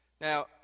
Now